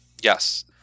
Yes